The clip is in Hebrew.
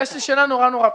יש לי שאלה נורא נורא פשוטה.